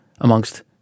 amongst